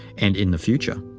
and in the future.